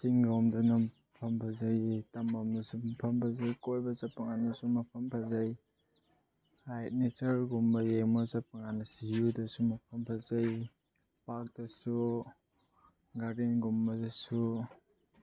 ꯆꯤꯡꯂꯣꯝꯗꯅ ꯃꯐꯝ ꯐꯖꯩ ꯇꯝꯂꯣꯝꯗꯁꯨ ꯃꯐꯝ ꯐꯖꯩ ꯀꯣꯏꯕ ꯆꯠꯄꯀꯥꯟꯗꯁꯨ ꯃꯐꯝ ꯐꯖꯩ ꯅꯦꯆꯔꯒꯨꯝꯕ ꯌꯦꯡꯕ ꯆꯠꯄꯀꯥꯟꯗ ꯖꯨꯗꯁꯨ ꯃꯐꯝ ꯐꯖꯩ ꯄꯥꯔꯛꯇꯁꯨ ꯒꯥꯔꯗꯦꯟꯒꯨꯝꯕꯗꯁꯨ